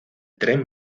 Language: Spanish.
tren